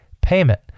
payment